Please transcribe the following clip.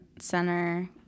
center